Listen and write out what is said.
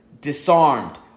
disarmed